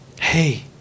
hey